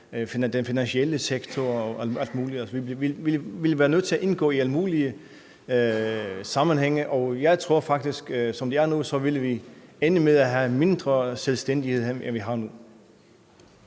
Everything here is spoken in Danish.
den finansielle sektor og alt muligt. Vi ville være nødt til at indgå i alle mulige sammenhænge, og jeg tror faktisk, at vi ville ende med at have mindre selvstændighed, end vi har nu.